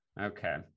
Okay